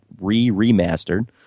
re-remastered